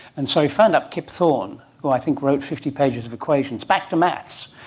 and so he phoned up kip thorne who i think wrote fifty pages of equations, back to maths.